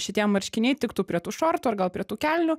šitie marškiniai tiktų prie tų šortų ar gal prie tų kelnių